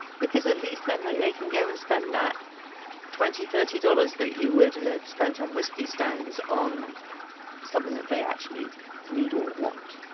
because at least then they can go and spend that twenty, thirty dollars that you would have spent on whiskey stones on something that they actually need or want.